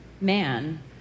man